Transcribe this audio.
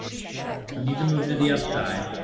so need to move to the upside.